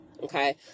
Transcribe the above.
Okay